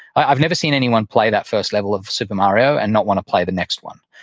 i've never seen anyone play that first level of super mario and not want to play the next one.